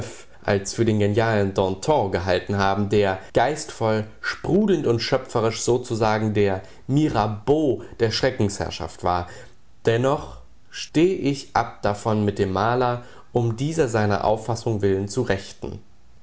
als für den genialen danton gehalten haben der geistvoll sprudelnd und schöpferisch sozusagen der mirabeau der schreckensherrschaft war dennoch steh ich ab davon mit dem maler um dieser seiner auffassung willen zu rechten